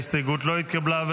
ההסתייגות לא התקבלה.